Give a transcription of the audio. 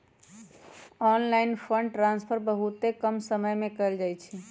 online fund transfer बहुते कम समय में कएल जाइ छइ